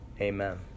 Amen